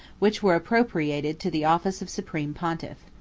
which were appropriated to the office of supreme pontiff.